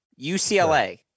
UCLA